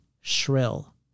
shrill